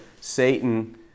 Satan